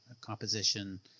composition